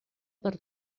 per